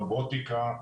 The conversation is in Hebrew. רובוטיקה,